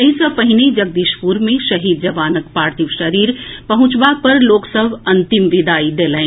एहि सँ पहिने जगदीशपुर मे शहीद जवानक पार्थिव शरीर पहुंचबा पर लोक सभ अंतिम विदाई देलनि